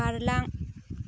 बारलां